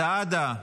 סעדה,